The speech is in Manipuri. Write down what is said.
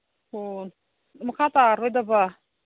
ꯑꯣ ꯃꯈꯥ ꯇꯥꯔꯔꯣꯏꯗꯕ